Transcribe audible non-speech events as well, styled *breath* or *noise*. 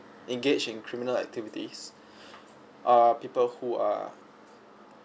engaged in criminal activities *breath* are people who are